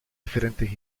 diferentes